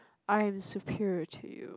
I am superior to you